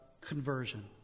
conversion